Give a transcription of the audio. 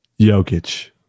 Jokic